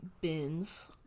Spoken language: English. bins